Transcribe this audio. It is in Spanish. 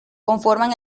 conforman